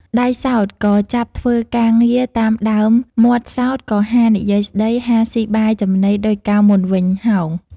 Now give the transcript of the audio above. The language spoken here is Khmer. ដៃសោតក៏ចាប់ធ្វើការងារតាមដើម មាត់សោតក៏ហានិយាយស្តី ហាស៊ីបាយចំណីដូចកាលមុនវិញ ហោង ។